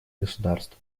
государств